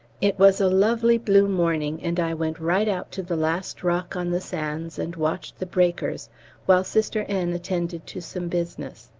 it was a lovely blue morning, and i went right out to the last rock on the sands and watched the breakers while sister n. attended to some business.